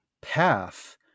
path